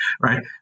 right